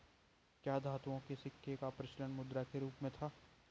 क्या धातुओं के सिक्कों का प्रचलन मुद्रा के रूप में था?